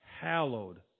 hallowed